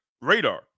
radar